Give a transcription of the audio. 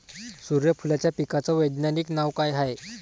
सुर्यफूलाच्या पिकाचं वैज्ञानिक नाव काय हाये?